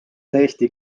täiesti